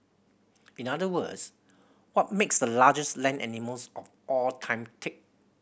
in other words what makes the largest land animals of all time tick